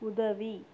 உதவி